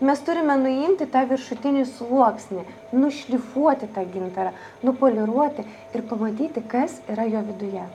mes turime nuimti tą viršutinį sluoksnį nušlifuoti tą gintarą nupoliruoti ir pamatyti kas yra jo viduje